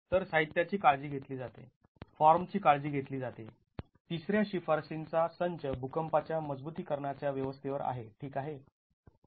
तर साहित्याची काळजी घेतली जाते फॉर्म ची काळजी घेतली जाते तिसऱ्या शिफारशींचा संच भुकंपाच्या मजबुतीकरणाच्या व्यवस्थेवर आहे ठीक आहे